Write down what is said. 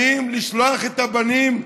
האם לשלוח את הבנים,